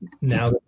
now